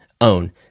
Own